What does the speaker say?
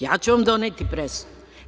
Ja ću vam doneti presudu.